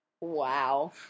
wow